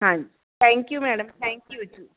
ਹਾਂ thank you madam thank you ਜੀ